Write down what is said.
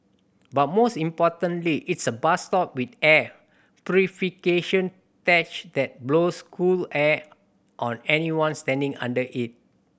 but most importantly it's a bus stop with air purification tech that blows cool air on anyone standing under it